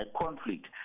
conflict